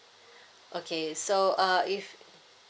okay so uh if